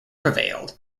prevailed